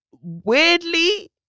weirdly